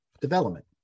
development